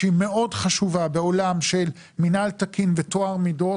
שהיא מאוד חשובה בעולם של מינהל תקין וטוהר מידות,